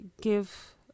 give